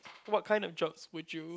what kind of jobs would you